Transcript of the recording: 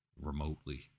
remotely